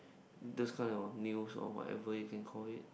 this kind you got news or whatever you can call it